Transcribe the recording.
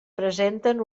presenten